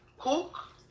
Cook